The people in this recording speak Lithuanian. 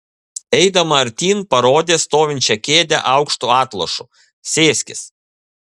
eidama artyn parodė stovinčią kėdę aukštu atlošu sėskis